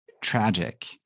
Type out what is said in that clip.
tragic